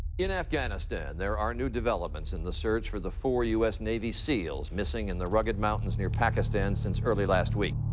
in afghanistan there are new developments in the search for the four u s. navy seals missing in the rugged mountains near pakistan since early last week.